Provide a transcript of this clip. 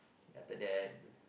at the date